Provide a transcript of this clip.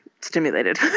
stimulated